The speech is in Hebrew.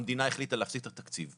המדינה החליטה להפסיק את התקציב.